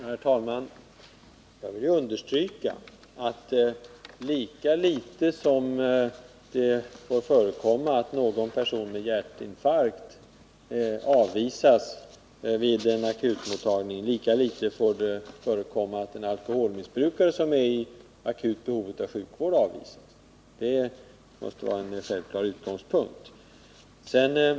Herr talman! Jag vill understryka att lika litet som det får förekomma att någon person med hjärtinfarkt avvisas vid en akutmottagning, lika litet får det förekomma att en alkoholmissbrukare som är i akut behov av sjukvård avvisas. Det måste vara en självklar utgångspunkt.